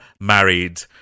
married